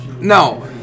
no